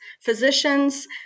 physicians